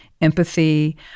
empathy